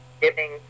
Giving